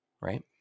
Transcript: right